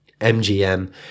MGM